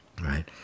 right